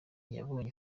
yabonye